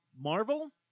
Marvel